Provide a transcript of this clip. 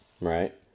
right